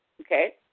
okay